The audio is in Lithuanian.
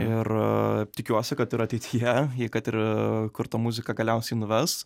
ir tikiuosi kad ir ateityje jai kad ir kur ta muzika galiausiai nuves